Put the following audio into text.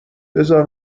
بزار